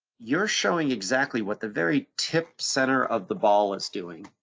you're showing exactly what the very tip center of the ball is doing.